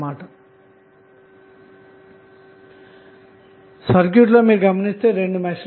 మీరు గమనిస్తే సర్క్యూట్లో రెండు మెష్ లు ఉన్నాయి